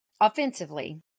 offensively